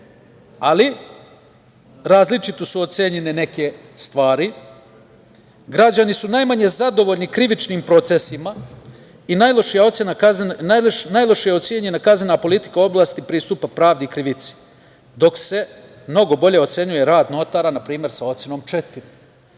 Ali, različito su ocenjene neke stvari. Građani su najmanje zadovoljni krivičnim procesima i najlošije ocenjena kaznena politika u oblasti pristupa pravdi i krivici, dok se mnogo bolje ocenjuje rad notara, npr. sa ocenom 4.To